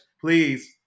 Please